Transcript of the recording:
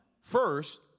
First